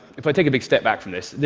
if i take a big step back from this,